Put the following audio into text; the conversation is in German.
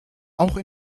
auch